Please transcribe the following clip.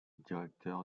directeur